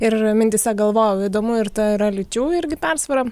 ir mintyse galvojau įdomu ir ta yra lyčių irgi persvara